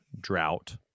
drought